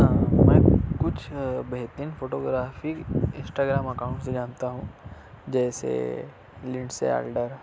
میں کچھ بہترین فوٹوگرافی انسٹاگرام اکاؤنٹ سے جانتا ہوں جیسے لٹ سیالڈر